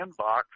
inbox